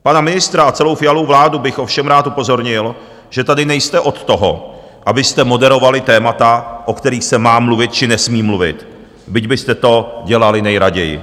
Pana ministra a celou Fialu vládu bych ovšem rád upozornil, že tady nejste od toho, abyste moderovali témata, o kterých se má mluvit či nesmí mluvit, byť byste to dělali nejraději.